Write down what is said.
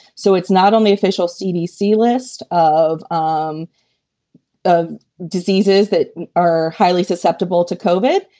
so it's not only official cdc list of um of diseases that are highly susceptible to cauvin.